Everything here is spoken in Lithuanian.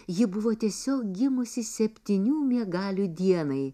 ji buvo tiesiog gimusi septynių miegalių dienai